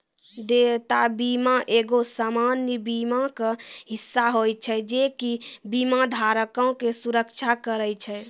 देयता बीमा एगो सामान्य बीमा के हिस्सा होय छै जे कि बीमा धारको के सुरक्षा करै छै